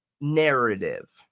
narrative